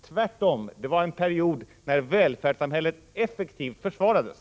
Tvärtom, det var en period när välfärdssamhället effektivt försvarades.